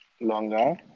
longer